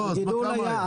לא, כמה היה?